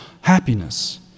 happiness